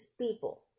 people